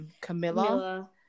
Camilla